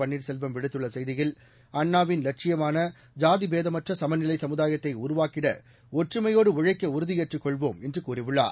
பன்னீர்செல்வம் விடுத்துள்ள செய்தியில் அண்ணாவின் லட்சியமான சாதி பேதமற்ற சமநிலை சமுதாயத்தை உருவாக்கிட ஒற்றுமையோடு உழைக்க உறுதியேற்றுக் கொள்வோம் என்று கூறியுள்ளார்